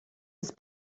ist